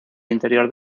interior